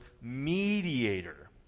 mediator